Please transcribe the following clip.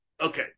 Okay